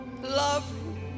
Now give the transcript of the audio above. Love